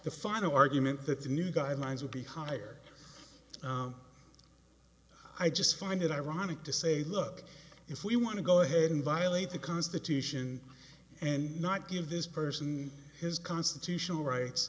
final argument that the new guidelines would be higher i just find it ironic to say look if we want to go ahead and violate the constitution and not give this person his constitutional rights